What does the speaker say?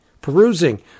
perusing